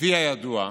כפי הידוע,